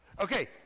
Okay